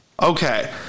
Okay